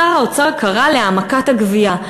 שר האוצר קרא להעמקת הגבייה,